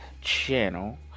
channel